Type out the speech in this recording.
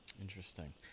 interesting